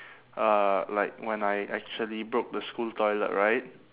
uh like when I actually broke the school toilet right